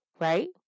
right